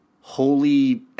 holy